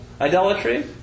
idolatry